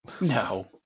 No